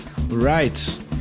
Right